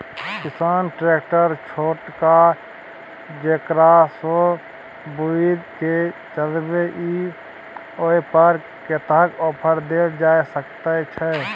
किसान ट्रैक्टर छोटका जेकरा सौ बुईल के चलबे इ ओय पर कतेक ऑफर दैल जा सकेत छै?